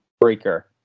breaker